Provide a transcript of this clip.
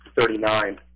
thirty-nine